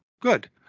good